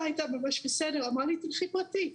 הייתה ממש בסדר והפנתה אותי לטיפול פרטי.